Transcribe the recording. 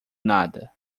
nada